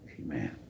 Amen